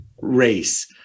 race